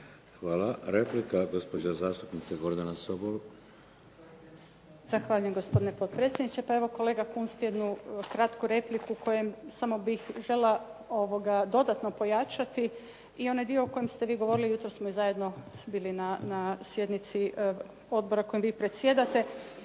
Hvala. Replika, gospođa zastupnica Gordana Sobol. **Sobol, Gordana (SDP)** Zahvaljujem, gospodine potpredsjedniče. Pa evo kolega Kunst, jednu kratku repliku u kojoj samo bih željela dodatno pojačati i onaj dio o kojem ste vi govorili, jutros smo zajedno bili na sjednici odbora kojim vi predsjedate,